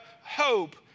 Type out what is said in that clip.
hope